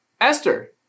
Esther